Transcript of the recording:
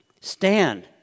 Stand